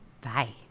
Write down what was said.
Bye